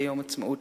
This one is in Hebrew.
מדי יום עצמאות,